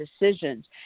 decisions